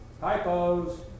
Typos